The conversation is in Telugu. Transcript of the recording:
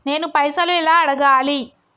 నేను పైసలు ఎలా అడగాలి?